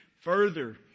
further